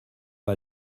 pas